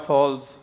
Falls